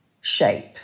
shape